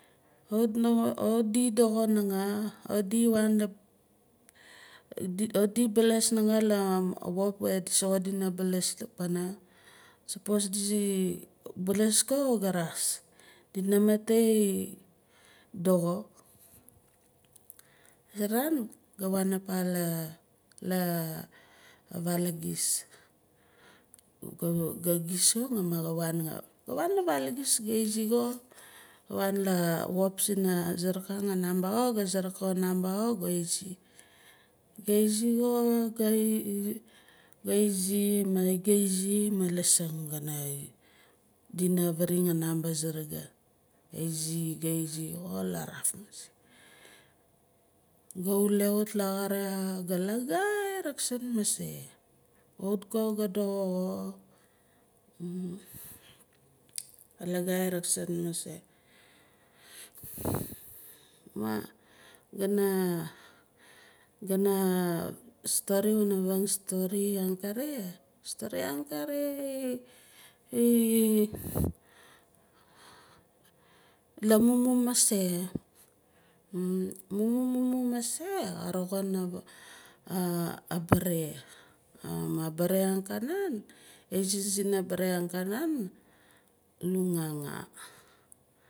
Awat di doxo naanga awat did waan la awat di belaas la wop di soxot dina belaas pana. Sapos di zi belaas kko kaawit xa rexas dina matei doxo. Aza raan gaa waan aapa laa- laa acaal a gis ga gis soxo ma ga wan la ga wan la vaala gis ga izi ko ga wan laa wop sina surukang a number ko ga zava number xo ga izi ba izi xo ga izi ga izi ga izi xo laaraf maase. Ga wule wut laxar ga laagai raaksat maasei. Ga wut ko ga doxo stori wana avang stori ang kaare stori ang kaare i- i la mumu maase mumu mumu mumu mase xa roxin abere abere ang kanaan aizesina bere angkanaan luganga.